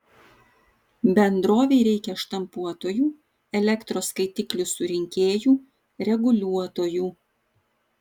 bendrovei reikia štampuotojų elektros skaitiklių surinkėjų reguliuotojų